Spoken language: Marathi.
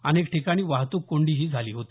अनेक ठिकाणी वाहतूक कोंडी झाली होती